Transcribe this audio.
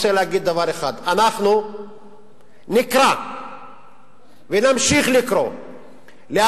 רוצה להגיד דבר אחד: אנחנו נקרא ונמשיך לקרוא להחרמת